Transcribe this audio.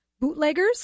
Bootlegger's